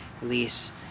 release